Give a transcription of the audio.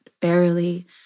barely